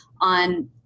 on